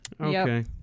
Okay